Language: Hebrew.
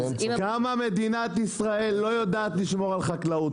כמה מדינת ישראל לא יודעת לשמור על חקלאות.